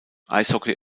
eishockey